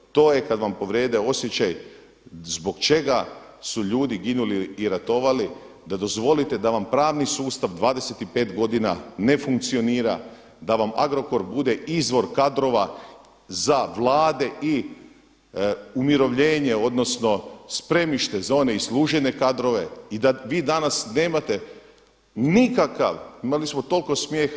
To je kad vam povrijede osjećaj zbog čega su ljudi ginuli i ratovali da dozvolite da vam pravni sustav 25 godina ne funkcionira, da vam Agrokor bude izvor kadrova za Vlade i umirovljenje, odnosno spremište za one iz lužine kadrove i da vi danas nemate nikakav, imali smo toliko smijeha.